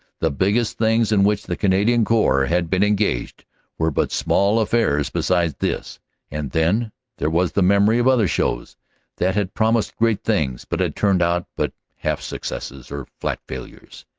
the biggest things in which the canadian corps had been engaged were but small affairs beside this and then there was the memory of other shows that had promised great things but had turned out but half successes or flat failures,